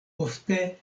ofte